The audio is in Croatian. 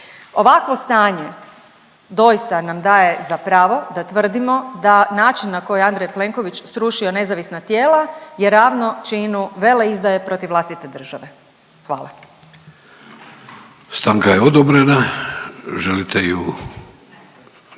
Ovakvo stanje doista nam daje za pravo da tvrdimo da način na koji je Andrej Plenković srušio nezavisna tijela je ravno činu veleizdaje protiv vlastite države. Hvala. **Vidović,